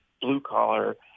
blue-collar